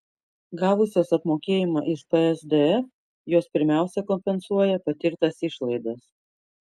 gavusios apmokėjimą iš psdf jos pirmiausia kompensuoja patirtas išlaidas